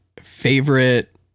favorite